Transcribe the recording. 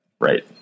Right